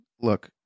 look